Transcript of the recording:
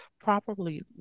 properly